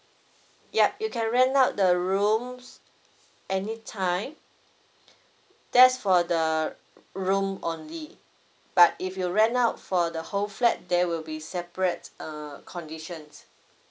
yup you can rent out the rooms any time that's for the room only but if you rent out for the whole flat there will be separate uh conditions